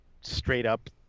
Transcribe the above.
straight-up